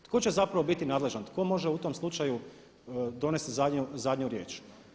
Pa tko će zapravo biti nadležan, tko može u tom slučaju donesti zadnju riječ?